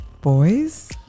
boys